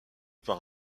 par